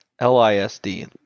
L-I-S-D